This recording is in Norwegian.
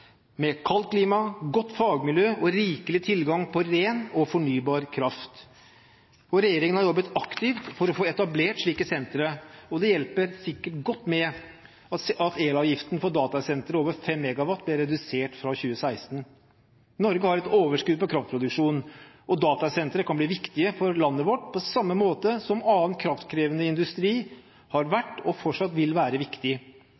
med kaldt klima, godt fagmiljø og rikelig tilgang på ren og fornybar kraft. Regjeringen har jobbet aktivt for å få etablert slike sentre, og det kommer sikkert godt med at elavgiften for datasentre over 5 MW er redusert fra 2016. Norge har et overskudd på kraftproduksjon, og datasentre kan bli viktige for landet vårt på samme måte som annen kraftkrevende industri har vært og fortsatt vil være viktig.